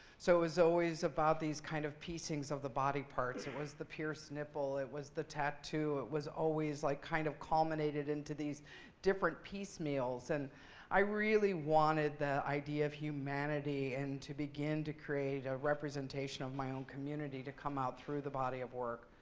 so it was always about these kind of pieces of the body parts. it was the pierced nipple. it was the tattoo. it was always like kind of culminated into these different piece meals. and i really wanted the idea of humanity and to begin to create a representation of my own community to come out through the body of work.